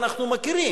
אנחנו מכירים,